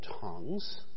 tongues